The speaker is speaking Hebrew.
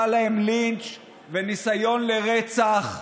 לה לצעוק